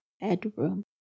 bedroom